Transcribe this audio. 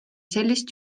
sellist